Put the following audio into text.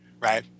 right